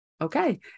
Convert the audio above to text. okay